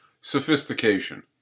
Sophistication